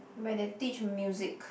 where they teach music